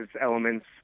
elements